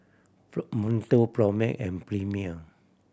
Monto Propnex and Premier